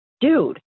dude